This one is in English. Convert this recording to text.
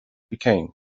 became